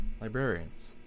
Librarians